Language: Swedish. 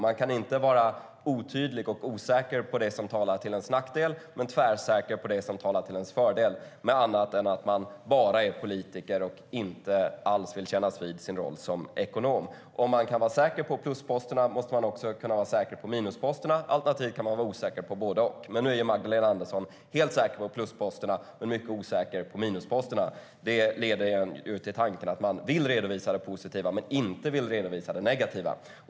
Man kan inte vara otydlig och osäker på det som talar till ens nackdel men tvärsäker på det som talar till ens fördel, om man inte bara är politiker och inte alls vill kännas vid sin roll som ekonom. Om man kan vara säker på plusposterna måste man också kunna vara säker på minusposterna. Alternativt kan vara osäker på både och. Nu är Magdalena Andersson helt säker på plusposterna men mycket osäker på minusposterna. Det leder till tanken att man vill redovisa det positiva men inte vill redovisa det negativa.